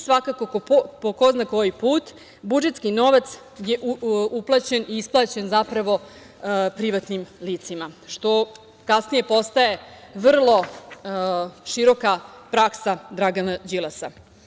Svakako, po ko zna koji put, budžetski novac je uplaćen, isplaćen zapravo privatnim licima, što kasnije postaje vrlo široka praksa Dragana Đilasa.